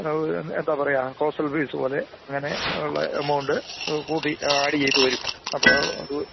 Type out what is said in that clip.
അത് എന്താണ് എന്താണു പറയുക ഹോസ്റ്റൽ ഫീസ് പോലെ അങ്ങനെയുള്ള എമൗണ്ട് കൂട്ടി ആഡ് ചെയ്തു വരും അപ്പോള് അത്